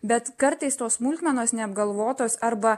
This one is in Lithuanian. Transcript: bet kartais tos smulkmenos neapgalvotos arba